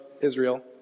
Israel